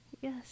Yes